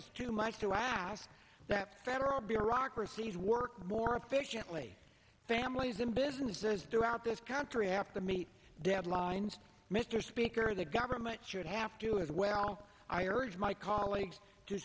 it's too much to ask that federal bureaucracies work more efficiently families and businesses throughout this country have to meet deadlines mr speaker the government should have to as well i urge my colleagues to